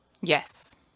Yes